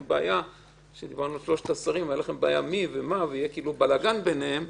בעיה כשדיברנו על שלושת השרים והיה כאילו בלגן ביניהם.